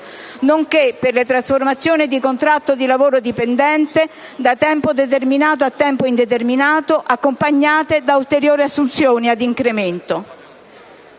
nonché per le trasformazioni di contratti di lavoro dipendente da tempo determinato a tempo indeterminato, accompagnate da ulteriori assunzioni ad incremento.